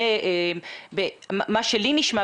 מה שלי נשמע,